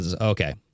Okay